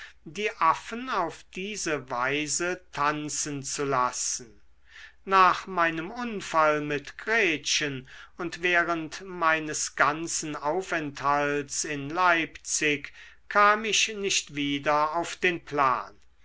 die affen auf diese weise tanzen zu lassen nach meinem unfall mit gretchen und während meines ganzen aufenthalts in leipzig kam ich nicht wieder auf den plan